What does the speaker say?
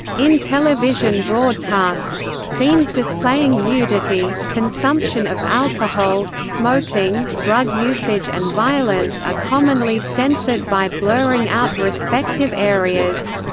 in television broadcasts, scenes displaying nudity, consumption of alcohol, smoking, drug usage and violence are commonly censored by blurring out respective areas.